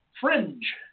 fringe